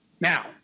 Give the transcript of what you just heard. Now